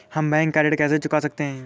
हम बैंक का ऋण कैसे चुका सकते हैं?